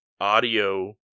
audio